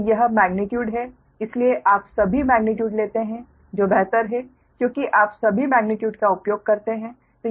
तो यह मेग्नीट्यूड है इसलिए आप सभी मेग्नीट्यूड लेते हैं जो बेहतर है क्योंकि आप सभी मेग्नीट्यूड का उपयोग करते हैं